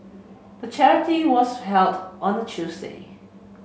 the charity was held on a Tuesday